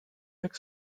jak